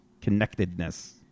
connectedness